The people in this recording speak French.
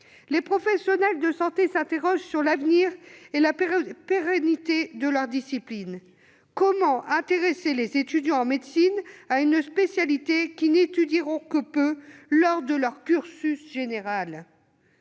Les professionnels de santé s'interrogent sur l'avenir et la pérennité de leur discipline : comment intéresser les étudiants en médecine à une spécialité qu'ils n'étudieront que peu lors de leur cursus général ?